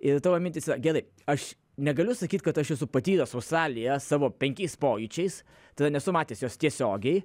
ir tavo mintyse gerai aš negaliu sakyt kad aš esu patyręs australiją savo penkiais pojūčiais tai yra nesu matęs jos tiesiogiai